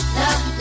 love